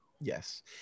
Yes